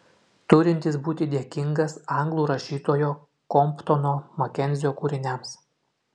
turintis būti dėkingas anglų rašytojo komptono makenzio kūriniams